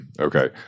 Okay